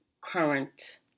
current